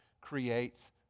creates